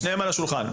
ושניהם על השולחן.